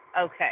okay